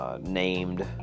Named